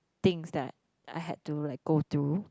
things that I had to like go through